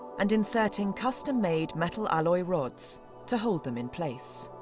and inserting custom made metal alloy rods to hold them in place.